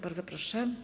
Bardzo proszę.